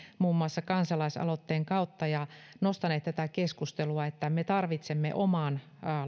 muun muassa kansalaisaloitteen kautta ja nostamassa tätä keskustelua että me tarvitsemme oman